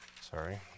Sorry